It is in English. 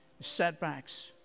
setbacks